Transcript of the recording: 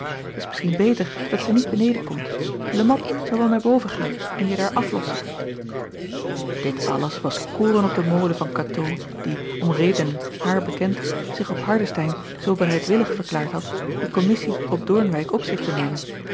t s misschien beter dat zij niet beneden komt e at zal wel naar boven gaan en je daar aflossen it alles was koren op den molen van atoo die om redenen haar bekend zich op ardestein zoo bereidwillig verklaard had de kommissie op oornwijck op zich te nemen